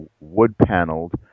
wood-paneled